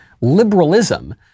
Liberalism